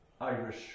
Irish